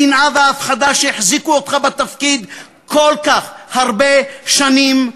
השנאה וההפחדה שהחזיקו אותך בתפקיד כל כך הרבה שנים,